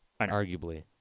arguably